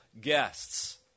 guests